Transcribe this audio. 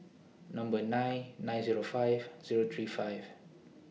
Number nine nine Zero five Zero three five